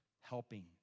helping